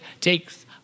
Takes